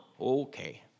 Okay